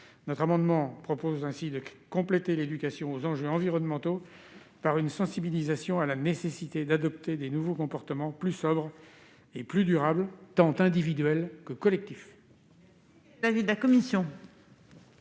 Notre amendement a pour objet de compléter l'éducation aux enjeux environnementaux par une sensibilisation à la nécessité d'adopter de nouveaux comportements plus sobres et plus durables, tant individuels que collectifs.